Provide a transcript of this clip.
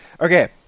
Okay